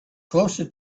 closer